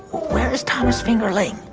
where is thomas fingerling?